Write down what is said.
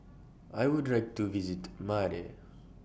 I Would like to visit Male